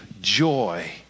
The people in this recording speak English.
joy